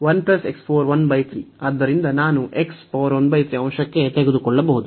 ಆದ್ದರಿಂದ ನಾನು ಅಂಶಕ್ಕೆ ತೆಗೆದುಕೊಳ್ಳಬಹುದು